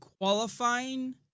qualifying